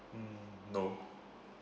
mm no